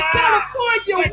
California